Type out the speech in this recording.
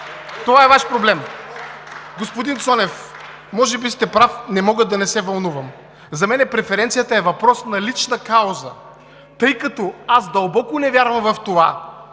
за България“.) Господин Цонев, може би сте прав! Не мога да не се вълнувам! За мен преференцията е въпрос на лична кауза, тъй като аз дълбоко не вярвам в това,